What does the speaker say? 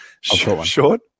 Short